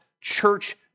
church